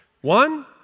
One